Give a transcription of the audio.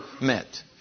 met